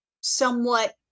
somewhat